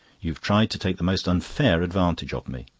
you've tried to take the most unfair advantage of me.